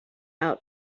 out